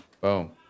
Boom